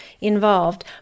involved